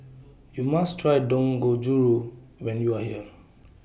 YOU must Try Dangojiru when YOU Are here